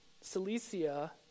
Cilicia